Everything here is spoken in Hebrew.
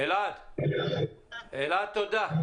אלעד, תודה.